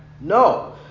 No